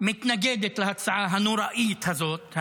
גם עמדת הייעוץ המשפטי מתנגדת להצעה הנוראית הזאת,